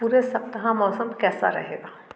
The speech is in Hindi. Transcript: पूरे सप्ताह मौसम कैसा रहेगा